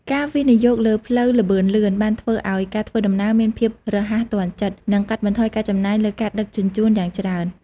ការវិនិយោគលើផ្លូវល្បឿនលឿន បានធ្វើឱ្យការធ្វើដំណើរមានភាពរហ័សទាន់ចិត្ត និងកាត់បន្ថយការចំណាយលើការដឹកជញ្ជូនយ៉ាងច្រើន។